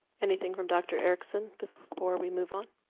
anything from dr. erickson before we move on?